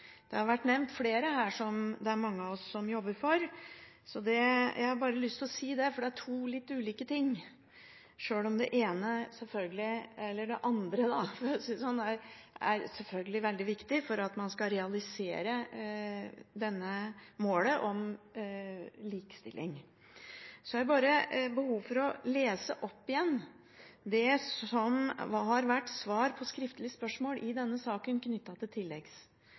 Det har vært nevnt flere her som det er mange av oss som jobber for. Jeg har bare lyst til å si det, for det er to litt ulike ting, sjøl om det ene – eller det andre, for å si det sånn – selvfølgelig er veldig viktig for at man skal realisere dette målet om likestilling. Så har jeg behov for å lese opp igjen svaret på et skriftlig spørsmål knyttet til tilleggsprotokollen. Der står det: «Arbeidet med å legge til